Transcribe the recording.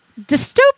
dystopian